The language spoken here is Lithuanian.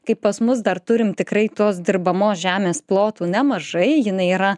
kai pas mus dar turim tikrai tos dirbamos žemės plotų nemažai jinai yra